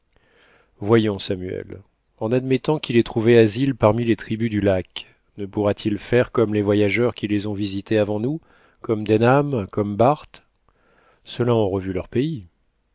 voyons samuel en admettant qu'il ait trouvé asile parmi les tribus du lac ne pourra-t-il faire comme les voyageurs qui les ont visitées avant nous comme denham comme barth ceux là ont revu leur pays